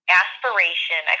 aspiration